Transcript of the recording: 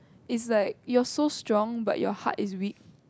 is like you're so strong but your heart is weak